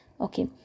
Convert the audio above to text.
okay